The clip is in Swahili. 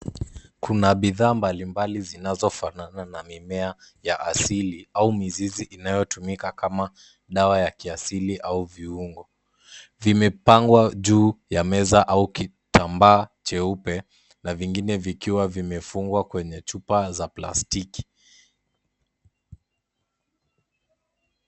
Kuna bidhaa mbalimbali zinazofanana na mimea ya asili au mizizi inayotumika kama dawa ya kiasili au viungo vimepangwa juu ya meza au kitambaa jeupe na vingine vikiwa vimefungwa kwenye chupa za plastiki.